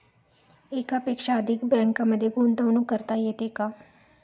एकापेक्षा अधिक बँकांमध्ये गुंतवणूक करता येते का?